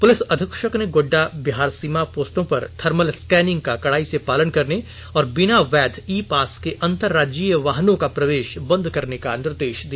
police अधीक्षक ने गोड्डा बिहार सीमा पोस्टों पर थर्मल स्कैनिंग का कड़ाई से पालन करने और बिना वैध ई पास के अंतर राज्यीय वाहनों का प्रवेश बंद करने का निर्देश दिया